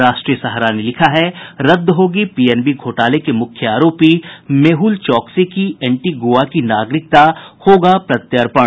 राष्ट्रीय सहारा ने लिखा है रद्द होगी पीएनबी घोटाले के मुख्य आरोपी मेहुल चौकसी की एंटीगुआ की नागरिकता होगा प्रत्यर्पण